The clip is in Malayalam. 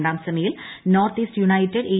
രണ്ടാം സെമിയിൽ നോർത്ത് ഈസ്റ്റ് യുണൈറ്റഡ് എ